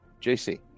JC